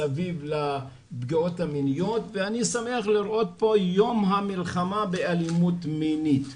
מסביב לפגיעות המיניות ואני שמח לראות פה "יום המלחמה באלימות מינית".